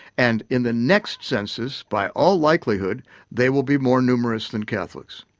and in the next census by all likelihood they will be more numerous than catholics.